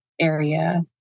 area